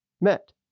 Met